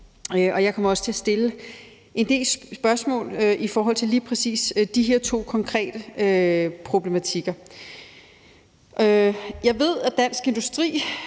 Jeg kommer også til at stille en del spørgsmål i forhold til lige præcis de her to konkrete problematikker. Jeg ved, at Dansk Industri